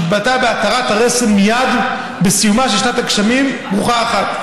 שהתבטאה בהתרת הרסן מיד בסיומה של שנת גשמים ברוכה אחת,